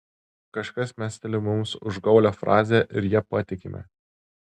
kažkas mesteli mums užgaulią frazę ir ja patikime